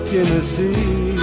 Tennessee